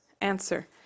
Answer